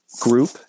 group